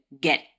get